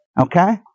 okay